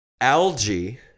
Algae